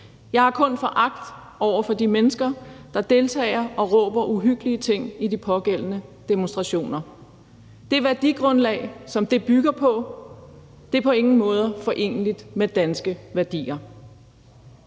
Jeg har kun foragt over for de mennesker, der deltager og råber uhyggelige ting i de pågældende demonstrationer. Det værdigrundlag, som det bygger på, er på ingen måde foreneligt med danske værdier.